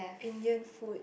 Indian food